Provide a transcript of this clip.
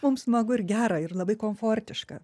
mum smagu ir gera ir labai komfortiška